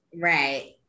right